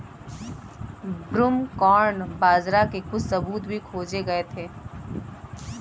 broomcorn बाजरा के कुछ सबूत भी खोजे गए थे